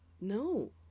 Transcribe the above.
No